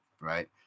Right